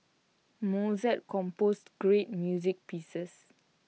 Mozart composed great music pieces